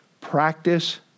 Practice